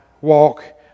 walk